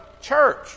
church